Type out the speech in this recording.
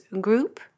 group